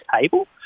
table